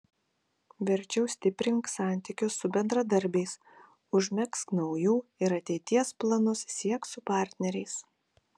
verčiau stiprink santykius su bendradarbiais užmegzk naujų ir ateities planus siek su partneriais